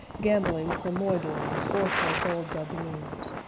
gambling for moidores or for gold doubloons.